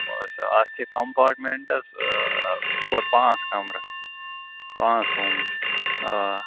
آچھا اَتھ چھِ کۄمپاٹمیٚنٹَس ٲں ژور پانٛژھ کمرٕہ پانٛژھ روم آ